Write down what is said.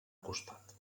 costat